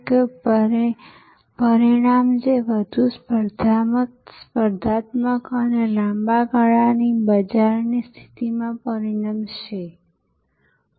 કહેવાતી સુરક્ષા તપાસ વગેરેમાંથી પસાર થવાની પ્રક્રિયા ભૌતિક સુરક્ષા તપાસ ત્યાં હતા